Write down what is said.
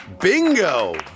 Bingo